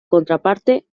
contraparte